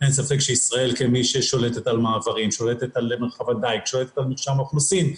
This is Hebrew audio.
שהם עשו או השתלות או שעכשיו הם צריכים לעשות השתלות,